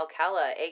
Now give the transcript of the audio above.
Alcala